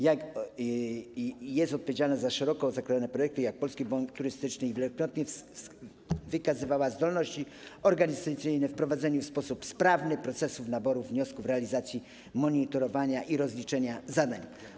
Jest także odpowiedzialna za szeroko zakrojone projekty, takie jak Polski Bon Turystyczny, i wielokrotnie wykazywała zdolności organizacyjne w prowadzeniu w sposób sprawny procesu naborów wniosków w realizacji monitorowania i rozliczania zadań.